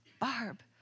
Barb